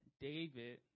David